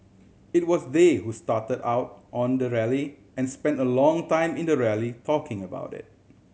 it was they who started out on the rally and spent a long time in the rally talking about it